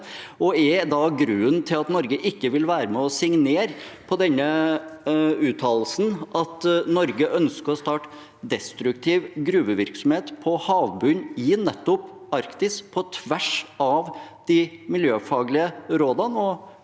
møtet. Er grunnen til at Norge ikke vil være med og signere på denne uttalelsen, at Norge ønsker å starte destruktiv gruvevirksomhet på havbunnen i nettopp Arktis, på tvers av de miljøfaglige rådene?